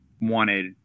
wanted